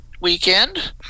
weekend